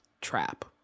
trap